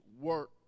work